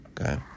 Okay